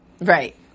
Right